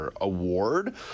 Award